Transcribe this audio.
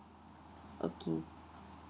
okay